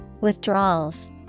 withdrawals